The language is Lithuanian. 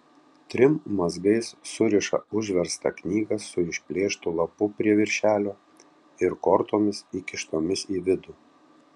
trim mazgais suriša užverstą knygą su išplėštu lapu prie viršelio ir kortomis įkištomis į vidų